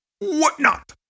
whatnot